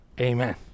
Amen